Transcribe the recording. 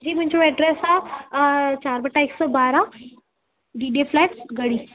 जी मुंहिंजो एड्रेस आहे चारि बटा हिकु सौ ॿारहं D D A flats Garhi